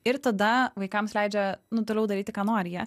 ir tada vaikams leidžia nu toliau daryti ką nori jie